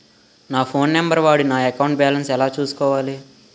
నా phone number వాడి నా అకౌంట్ బాలన్స్ ఎలా తెలుసుకోవాలి?